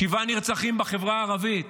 שבעה נרצחים בחברה הערבית